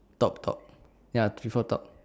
top top ya prefer top